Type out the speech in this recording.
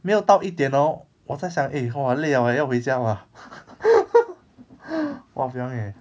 没有到一点 hor 我在想 eh how 好累 liao eh 要回家 mah wah piang eh